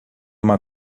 uma